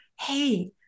hey